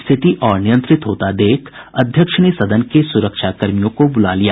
स्थिति अनियंत्रित होते देख अध्यक्ष ने सदन के सुरक्षाकर्मियों को बुला लिया